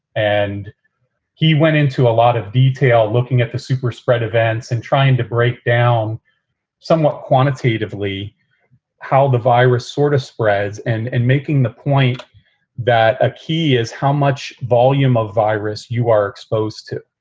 and he went into a lot of detail looking at the super spread events and trying to break down somewhat quantitatively how the virus sort of spreads and and making the point that a key is how much volume of virus you are exposed to.